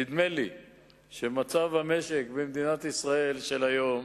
נדמה לי שבמצב המשק במדינת ישראל של היום,